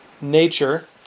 nature